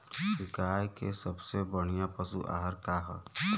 गाय के सबसे बढ़िया पशु आहार का ह?